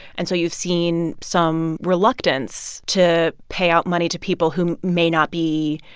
and so you've seen some reluctance to pay out money to people who may not be.